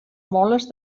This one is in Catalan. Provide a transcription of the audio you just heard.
moles